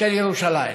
של ירושלים?